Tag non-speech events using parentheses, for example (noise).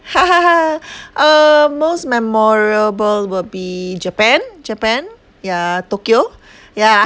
(laughs) uh most memorable will be Japan Japan ya tokyo yeah